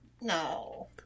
No